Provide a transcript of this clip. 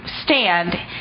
stand